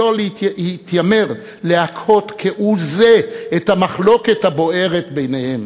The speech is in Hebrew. שלא התיימר להקהות כהוא-זה את המחלוקת הבוערת ביניהם,